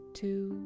two